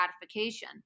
gratification